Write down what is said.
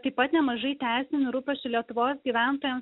taip pat nemažai teisinių rūpesčių lietuvos gyventojams